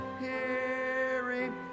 hearing